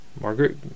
Margaret